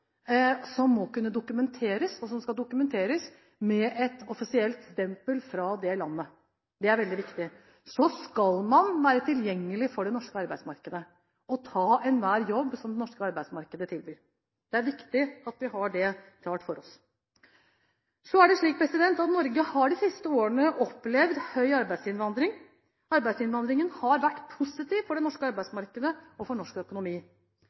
som må kunne dokumenteres, og som skal dokumenteres med et offisielt stempel fra det landet. Det er veldig viktig. Så skal man være tilgjengelig for det norske arbeidsmarkedet og ta enhver jobb som det norske arbeidsmarkedet tilbyr. Det er viktig at vi har det klart for oss. Norge har de siste årene opplevd høy arbeidsinnvandring. Arbeidsinnvandringen har vært positiv for det norske arbeidsmarkedet og for norsk økonomi.